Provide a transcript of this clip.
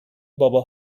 بابا